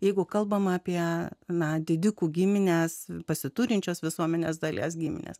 jeigu kalbama apie na didikų gimines pasiturinčios visuomenės dalies giminės